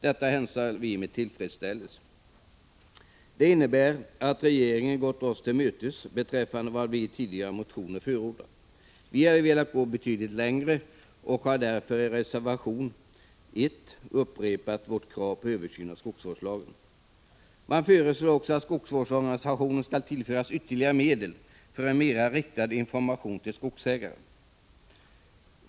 Detta hälsar vi med tillfredsställelse. Det innebär att regeringen gått oss till mötes beträffande vad vi i tidigare motioner förordat. Vi har velat gå betydligt längre och har därför i reservation 1 upprepat vårt krav på en översyn av skogsvårdslagen. Regeringen föreslår också att skogsvårdsorganisationen skall tillföras ytterligare medel för information som mera riktar sig till skogsägarna.